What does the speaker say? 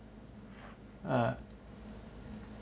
ah